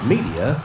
Media